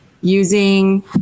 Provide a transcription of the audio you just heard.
using